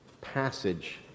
passage